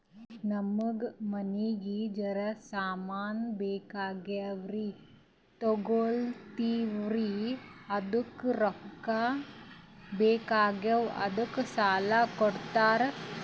ನಮಗ ಮನಿಗಿ ಜರ ಸಾಮಾನ ಬೇಕಾಗ್ಯಾವ್ರೀ ತೊಗೊಲತ್ತೀವ್ರಿ ಅದಕ್ಕ ರೊಕ್ಕ ಬೆಕಾಗ್ಯಾವ ಅದಕ್ಕ ಸಾಲ ಕೊಡ್ತಾರ?